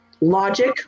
logic